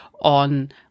on